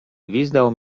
gwizdał